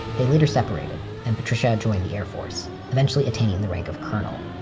they later separated, and patricia joined the air force, eventually attaining the rank of colonel.